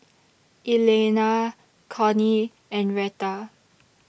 Elaina Connie and Reta